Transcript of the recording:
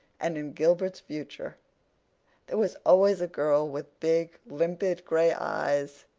and in gilbert's future there was always a girl with big, limpid gray eyes,